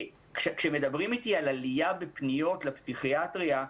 כשמדברים איתי על עלייה בפניות לפסיכיאטריה,